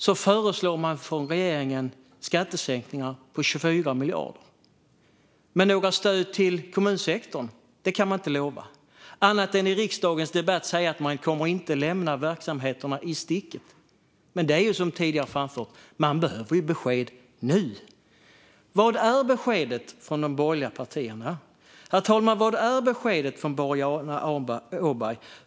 Från regeringen föreslår man skattesänkningar på 24 miljarder, men några stöd till kommunsektorn kan man inte lova. Man kan bara säga i riksdagens debatt att man inte kommer att lämna verksamheterna i sticket. Men det behövs ju besked nu. Herr talman! Vad är beskedet från de borgerliga partierna? Vad är beskedet från Boriana Åberg?